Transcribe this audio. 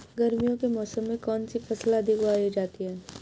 गर्मियों के मौसम में कौन सी फसल अधिक उगाई जाती है?